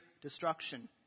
destruction